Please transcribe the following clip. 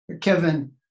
Kevin